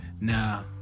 Now